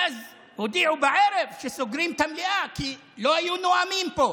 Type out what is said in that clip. ואז הודיעו בערב שסוגרים את המליאה כי לא היו נואמים פה.